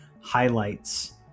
highlights